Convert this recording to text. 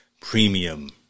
premium